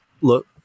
look